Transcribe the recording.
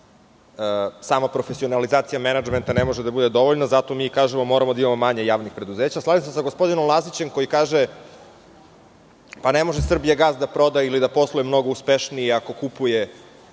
sama profesionalizacija menadžmenta ne može da bude dovoljna. Zato mi i kažemo da moramo da imamo manje javnih preduzeća. Slažem se sa gospodinom Lazićem koji kaže da ne može "Srbijagas" da proda ili da posluje mnogo uspešnije ako kupuje